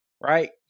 right